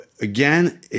again